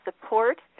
support